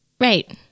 Right